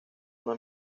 una